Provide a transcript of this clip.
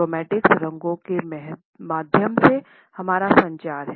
chromatics रंगों के माध्यम से हमारा संचार है